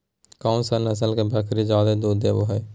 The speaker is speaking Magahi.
कौन सा नस्ल के बकरी जादे दूध देबो हइ?